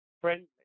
friendly